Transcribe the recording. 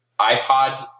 iPod